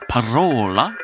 Parola